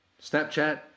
Snapchat